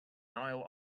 nile